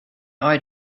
eye